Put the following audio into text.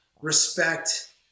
respect